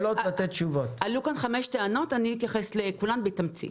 עלו כאן חמש טענות, אני אתייחס לכולן בתמצית.